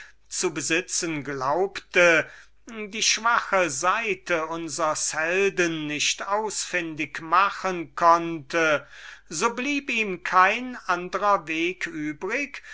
zu haben glaubte die schwache seite unsers helden nicht ausfündig machen es blieb ihm also kein andrer weg übrig